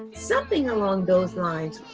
something along those lines.